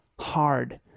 hard